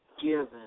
given